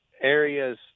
areas